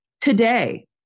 Today